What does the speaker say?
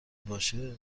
باشه